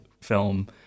film